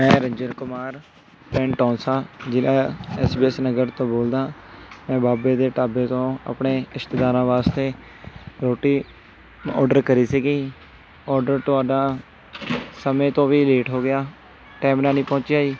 ਮੈਂ ਰੱਜਤ ਕੁਮਾਰ ਪਿੰਡ ਟੌਂਸਾ ਜ਼ਿਲ੍ਹਾ ਐਸਬੀਐਸ ਨਗਰ ਤੋਂ ਬੋਲਦਾ ਮੈਂ ਬਾਬੇ ਦੇ ਢਾਬੇ ਤੋਂ ਆਪਣੇ ਰਿਸ਼ਤੇਦਾਰਾਂ ਵਾਸਤੇ ਰੋਟੀ ਔਰਡਰ ਕਰੀ ਸੀਗੀ ਔਰਡਰ ਤੁਹਾਡਾ ਸਮੇਂ ਤੋਂ ਵੀ ਲੇਟ ਹੋ ਗਿਆ ਟੈਮ ਨਾਲ ਨਹੀਂ ਪਹੁੰਚਿਆ ਜੀ